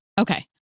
Okay